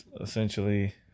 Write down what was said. essentially